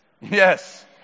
yes